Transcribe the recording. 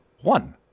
One